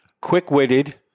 quick-witted